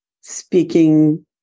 speaking